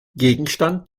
gegenstand